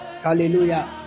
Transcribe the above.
hallelujah